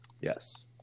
Yes